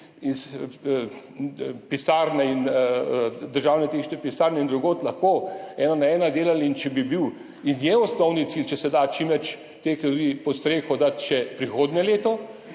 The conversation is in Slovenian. Državne tehniške pisarne in drugod lahko ena na ena delali, in če bi bil in je osnovni cilj, če se da, čim več teh ljudi pod streho dati še prihodnje leto,